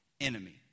enemy